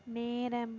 நேரம்